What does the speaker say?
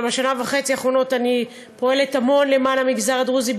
בשנה וחצי האחרונה אני פועלת המון למען המגזר הדרוזי,